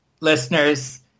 Listeners